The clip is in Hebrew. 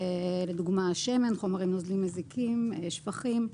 לדוגמה השמן, חומרים נוזליים מזיקים, שפכים.